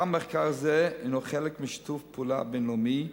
גם מחקר זה הינו חלק משיתוף פעולה בין-לאומי,